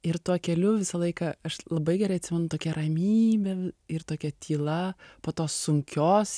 ir tuo keliu visą laiką aš labai gerai atsimenu tokia ramybė ir tokia tyla po tos sunkios